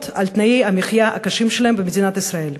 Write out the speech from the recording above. על תנאי המחיה הקשים שלהם במדינת ישראל.